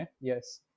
yes